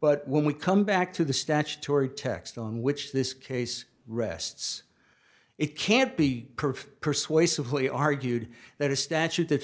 but when we come back to the statutory text on which this case rests it can't be persuasively argued that a statute that